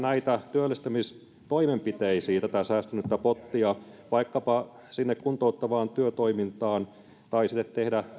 työllistämistoimenpiteisiin tätä säästynyttä pottia vaikkapa sinne kuntouttavaan työtoimintaan